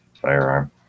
firearm